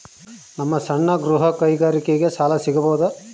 ನಮ್ಮ ಸಣ್ಣ ಗೃಹ ಕೈಗಾರಿಕೆಗೆ ಸಾಲ ಸಿಗಬಹುದಾ?